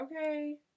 okay